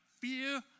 fear